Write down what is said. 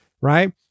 right